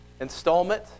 installment